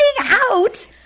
out